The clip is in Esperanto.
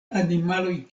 animaloj